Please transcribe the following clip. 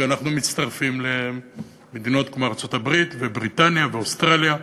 כי אנחנו מצטרפים למדינות כמו ארצות-הברית ובריטניה ואוסטרליה,